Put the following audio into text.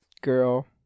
girl